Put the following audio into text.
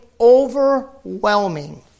overwhelming